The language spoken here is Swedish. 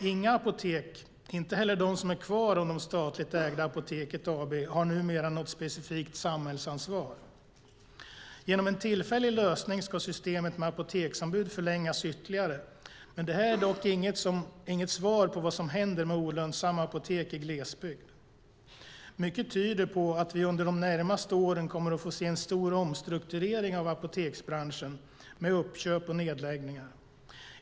Inga apotek, inte heller det som är kvar av det statligt ägda Apoteket AB, har numera något specifikt samhällsansvar. Genom en tillfällig lösning ska systemet med apoteksombud förlängas ytterligare. Det är dock inget svar på vad som händer med olönsamma apotek i glesbygd. Mycket tyder på att vi under de närmaste åren kommer att få se en stor omstrukturering av apoteksbranschen med uppköp och nedläggningar.